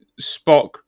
Spock